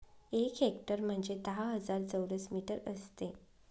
एक हेक्टर म्हणजे दहा हजार चौरस मीटर असते